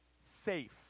safe